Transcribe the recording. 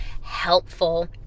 helpful